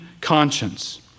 conscience